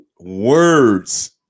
words